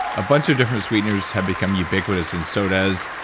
a bunch of different sweeteners have become ubiquitous in sodas,